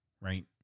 right